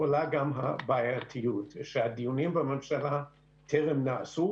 עולה גם הבעייתיות שהדיונים בממשלה טרם נעשו,